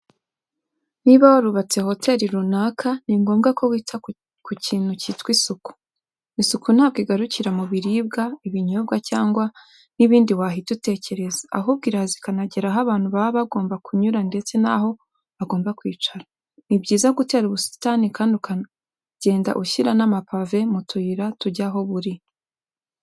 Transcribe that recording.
Niba warubatse hoteri runaka ni ngombwa ko wita ku kintu cyitwa isuku. Isuku ntabwo igarukira mu biribwa, ibinyobwa cyangwa n'ibindi wahita utekereza, ahubwo iraza ikanagera aho abantu baba bagomba kunyura ndetse n'aho bagomba kwicara. Ni byiza gutera ubusitani kandi ukagenda ushyira n'amapave mu tuyira tujya aho buri.